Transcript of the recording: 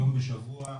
יום בשבוע,